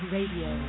Radio